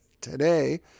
today